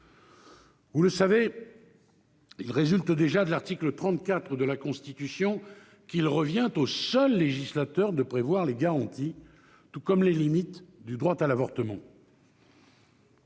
Vous le savez, il résulte déjà de l'article 34 de la Constitution qu'il revient au seul législateur de prévoir les garanties, tout comme les limites, du droit à l'avortement.